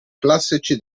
classici